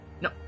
No